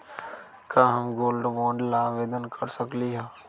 का हम gold bond ला आवेदन कर सकली ह?